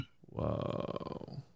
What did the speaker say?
whoa